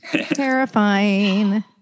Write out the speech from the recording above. Terrifying